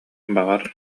баҕар